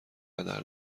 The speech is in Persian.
هدر